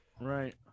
Right